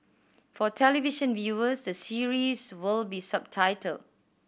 for television viewers the series will be subtitled